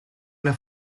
una